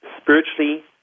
spiritually